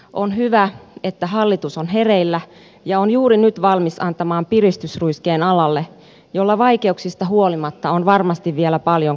on hyvä että hallitus on hereillä ja on juuri nyt valmis antamaan piristysruiskeen alalle jolla vaikeuksista huolimatta on varmasti vielä paljon kasvupotentiaalia